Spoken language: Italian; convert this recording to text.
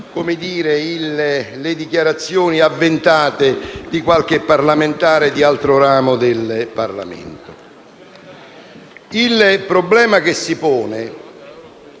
servite le dichiarazioni avventate di qualche parlamentare dell'altro ramo del Parlamento. Il problema che si pone